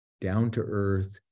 down-to-earth